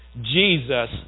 Jesus